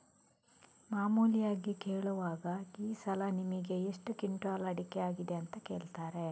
ಮಾಮೂಲಿಯಾಗಿ ಕೇಳುವಾಗ ಈ ಸಲ ನಿಮಿಗೆ ಎಷ್ಟು ಕ್ವಿಂಟಾಲ್ ಅಡಿಕೆ ಆಗಿದೆ ಅಂತ ಕೇಳ್ತಾರೆ